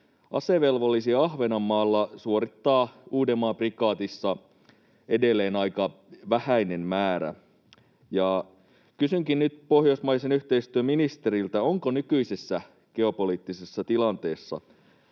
asevelvollisuutta suorittaa Uudenmaan prikaatissa Ahvenanmaalta edelleen aika vähäinen määrä. Kysynkin nyt pohjoismaisen yhteistyön ministeriltä: onko nykyisessä geopoliittisessa tilanteessa